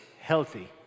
healthy